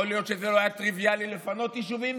יכול להיות שזה לא היה טריוויאלי לפנות יישובים,